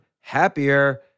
happier